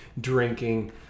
drinking